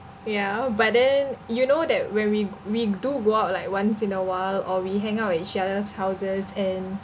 ya but then you know that when we we do go out like once in a while or we hang out at each other's houses and